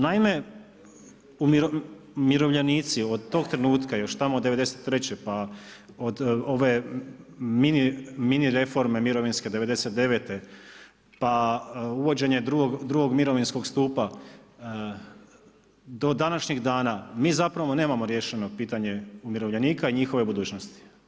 Naime, umirovljenici, od tog trenutka, tamo od '93. pa do ove mini reforme od '99. pa uvođenje drugog mirovinskog stupa, do današnjeg dana, mi zapravo nemamo riješeno pitanje umirovljenika i njihove budućnosti.